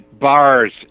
bars